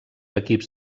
equips